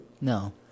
No